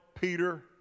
Peter